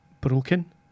Broken